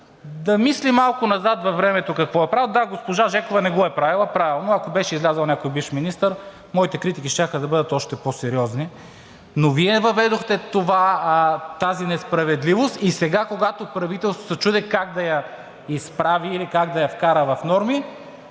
да мисли малко назад във времето какво е правил. (Реплики от ГЕРБ-СДС.) Да, госпожа Жекова не го е правила, правилно. Ако беше излязъл някой бивш министър, моите критики щяха да бъдат още по-сериозни, но Вие въведохте тази несправедливост и сега когато правителството се чуди как да я изправи или как да я вкара в норми,